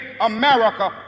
America